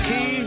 Key